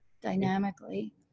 dynamically